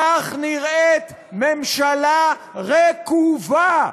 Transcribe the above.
כך נראית ממשלה רקובה.